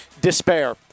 Despair